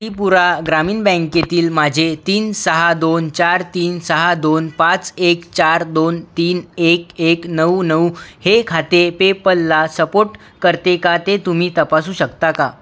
इपुरा ग्रामीण बँकेतील माझे तीन सहा दोन चार तीन सहा दोन पाच एक चार दोन तीन एक एक नऊ नऊ हे खाते पेपलला सपोट करते का ते तुम्ही तपासू शकता का